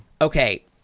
Okay